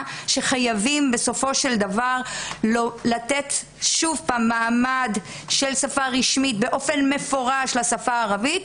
שחייבים בסופו של דבר לתת מעמד של שפה רשמית באופן מפורש לשפה הערבית.